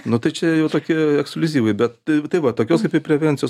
nu tai čia jau tokie ekskliuzyvai bet tai va tokios kaip ir prevencijos